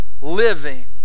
living